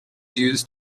used